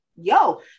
yo